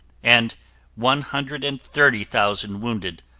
and one hundred and thirty thousand wounded,